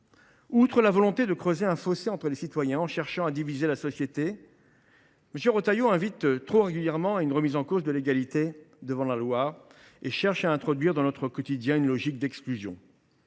de sa volonté de creuser un fossé entre les citoyens en cherchant à diviser la société, M. Retailleau invite trop régulièrement à une remise en cause de l’égalité devant la loi et cherche à introduire dans notre quotidien une logique d’exclusion.